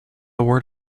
word